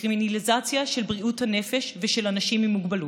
בקרימינליזציה של בריאות הנפש ושל אנשים עם מוגבלות.